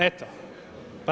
Eto pa